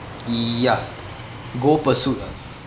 ya go pursuit ah